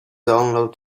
download